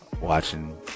Watching